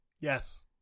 Yes